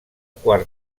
quart